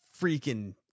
freaking